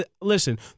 listen